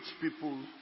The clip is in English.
People